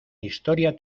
historia